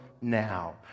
now